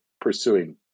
pursuing